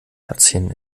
herzchen